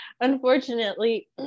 Unfortunately